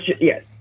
yes